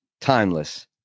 timeless